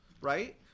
right